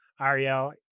Ariel